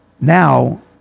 Now